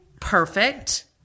Perfect